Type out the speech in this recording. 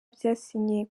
byasinye